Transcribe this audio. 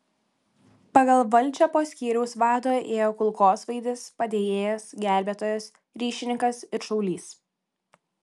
pagal valdžią po skyriaus vado ėjo kulkosvaidis padėjėjas gelbėtojas ryšininkas ir šaulys